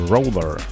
Roller